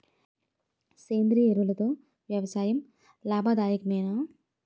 సేంద్రీయ ఎరువులతో వ్యవసాయం లాభదాయకమేనా?